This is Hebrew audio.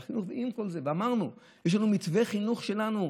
עם כל זה אמרנו: יש לנו מתווה חינוך שלנו,